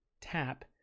tap